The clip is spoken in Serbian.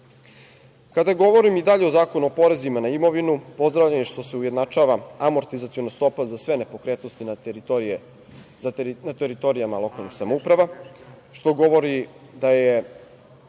niže. Kada govorim i dalje o Zakonu o porezima na imovinu, pozdravljam što se ujednačava amortizaciona stopa za sve nepokretnosti na teritorijama lokalne samouprave, što govori da je